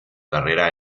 carrera